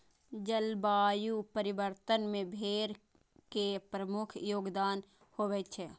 जलवायु परिवर्तन मे भेड़ के प्रमुख योगदान होइ छै